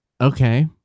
okay